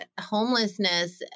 Homelessness